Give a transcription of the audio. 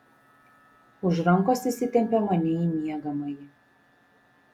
už rankos įsitempė mane į miegamąjį